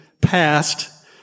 passed